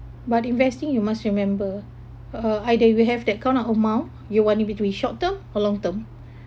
but investing you must remember uh either you have that kind of amount you want it be to be short term or long term